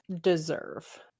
deserve